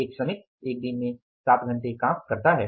एक श्रमिक एक दिन में 7 घंटे काम करता है